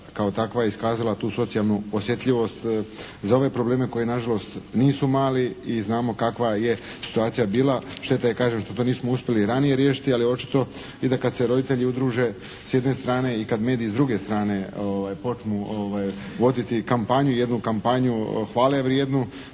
kao takva iskazala tu socijalnu osjetljivost za ove probleme koji nažalost nisu mali i znamo kakva je situacija bila. Šteta je kažem što to nismo uspjeli ranije riješiti ali je očito i da kad se roditelji udruže s jedne strane i kad mediji s druge strane počnu voditi kampanju, jednu kampanju hvale vrijednu